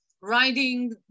riding